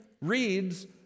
reads